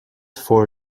four